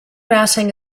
routing